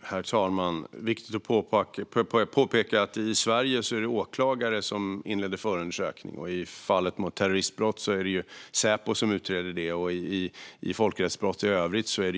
Herr talman! Det är viktigt att påpeka att det i Sverige är åklagare som inleder förundersökning. I fall som gäller terroristbrott är det Säpo som utreder det hela, och det